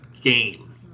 game